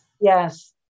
yes